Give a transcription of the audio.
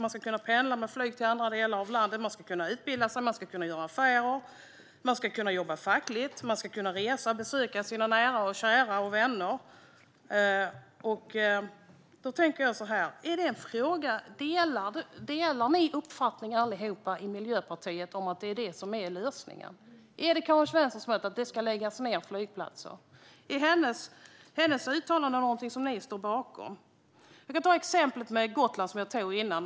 Man ska kunna pendla med flyg till andra delar av landet, man ska kunna utbilda sig, man ska kunna göra affärer, man ska kunna jobba fackligt och man ska kunna resa och besöka sina nära och kära och vänner. Jag tänker så här: Är detta en fråga där ni allihop i Miljöpartiet delar uppfattning? Är det detta som är lösningen? Är lösningen Karin Svensson Smiths besked om att flygplatser ska läggas ned? Är hennes uttalande någonting som ni står bakom? Jag kan ta exemplet med Gotland, som jag tog upp tidigare.